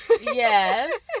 Yes